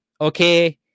okay